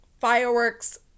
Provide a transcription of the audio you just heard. fireworks